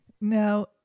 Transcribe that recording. Now